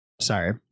sorry